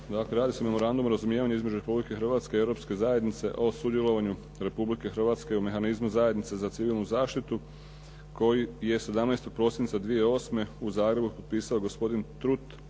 Memoranduma o razumijevanju između Republike Hrvatske i Europske zajednice u sudjelovanju Republike Hrvatske u mehanizmu zajednice za civilnu zaštitu čijom provedbom se očekuje daljnje